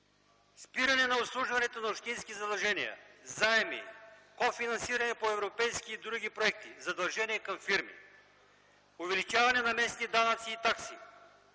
спиране на обслужването на общински задължения, заеми, ко-финансиране по европейски и други проекти; задължения към фирми; увеличаване на местни данъци и такси;